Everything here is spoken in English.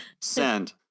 send